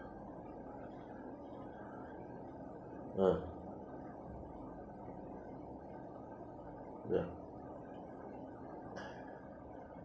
ah ya